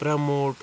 promote